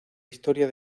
historia